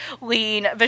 lean